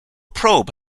probe